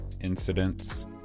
incidents